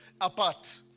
apart